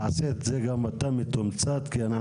תעשה את זה גם אתה מתומצת כי אנחנו